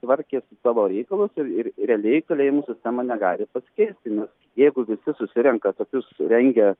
tvarkėsi savo reikalus ir ir realiai kalėjimų sistema negali pasikeisti nes jeigu visi susirenka tokius rengia